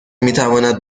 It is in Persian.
میتواند